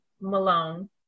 Malone